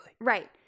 Right